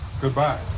Goodbye